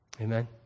Amen